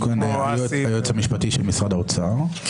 נמצא כאן היועץ המשפטי של משרד האוצר,